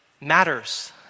matters